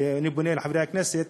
ואני פונה לחברי הכנסת